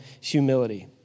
humility